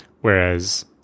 Whereas